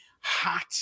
hot